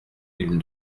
l’une